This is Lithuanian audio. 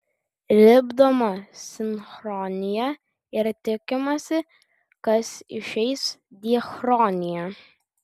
lipdoma sinchronija ir tikimasi kas išeis diachronija